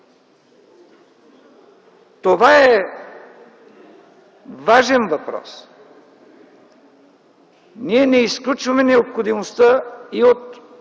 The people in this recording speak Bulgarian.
Това е важен въпрос. Ние не изключваме необходимостта и от